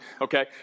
okay